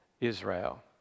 Israel